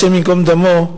השם ייקום דמו,